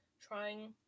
trying